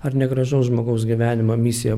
ar negražaus žmogaus gyvenimo misija